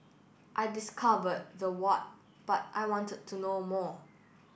I discovered the what but I wanted to know more